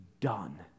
Done